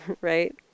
right